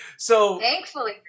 Thankfully